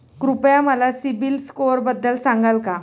कृपया मला सीबील स्कोअरबद्दल सांगाल का?